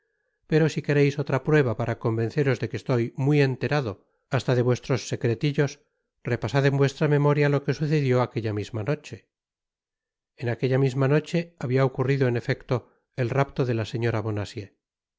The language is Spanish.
pero si quereis otra prueba para convenceros de que estoy muy enterado hasta de vuestros secretillos repasad en vuestra memoria lo que sucedió aquella misma noche en aquella misma noche habia ocurrido en efecto el raplo de la señora